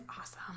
awesome